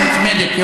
היא מוצמדת.